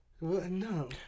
no